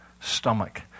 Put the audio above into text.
stomach